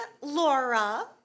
Laura